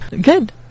Good